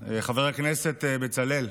חבר הכנסת בצלאל,